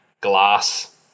glass